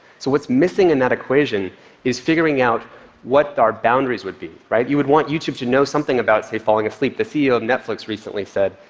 so what's missing in that equation is figuring out what our boundaries would be. you would want youtube to know something about, say, falling asleep. the ceo of netflix recently said,